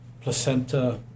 placenta